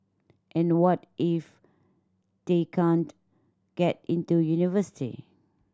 and what if they can't get into university